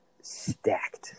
stacked